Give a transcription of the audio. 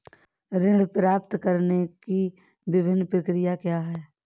ऋण प्राप्त करने की विभिन्न प्रक्रिया क्या हैं?